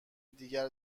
دیگر